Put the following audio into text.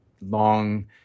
long